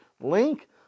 link